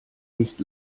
nicht